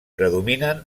predominen